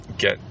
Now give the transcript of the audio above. get